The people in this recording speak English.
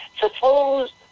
Suppose